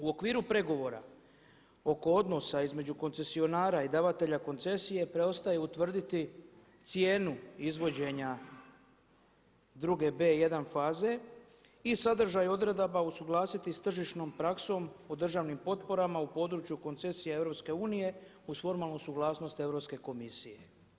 U okviru pregovora oko odnosa između koncesionara i davatelja koncesije preostaje utvrditi cijenu izvođenja druge B1 faze i sadržaj odredaba usuglasiti s tržišnom praksom o državnim potporama u području koncesija EU uz formalnu suglasnost Europske komisije.